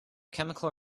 chemical